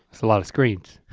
it's a lot of screens,